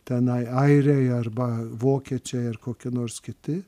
tenai airiai arba vokiečiai ar kokie nors kiti